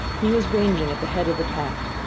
he was ranging at the head of the pack,